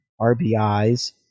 RBIs